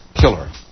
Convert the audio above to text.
Killer